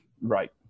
Right